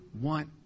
want